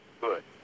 good